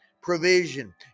provision